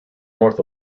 north